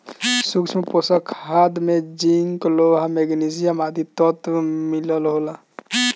सूक्ष्म पोषक खाद में जिंक, लोहा, मैग्निशियम आदि तत्व के मिलल होला